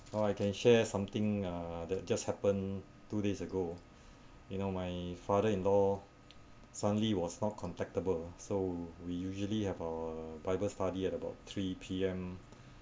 oh I can share something uh that just happened two days ago you know my father in law suddenly was not contactable so we usually have our bible study at about three P_M